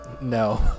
No